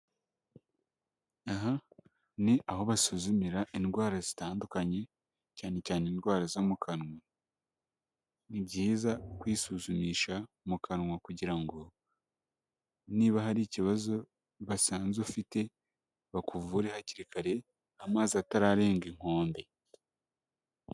Aha ni aho basuzumira indwara zitandukanye cyane cyane indwara zo mu kanwa, ni byiza kwisuzumisha mu kanwa kugira ngo niba hari ikibazo basanze ufite bakuvure hakiri kare amazi atararenga inkombe.